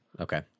Okay